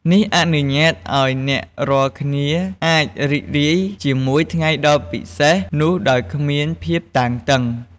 នេះអនុញ្ញាតឲ្យអ្នករាល់គ្នាអាចរីករាយជាមួយថ្ងៃដ៏ពិសេសនោះដោយគ្មានភាពតានតឹង។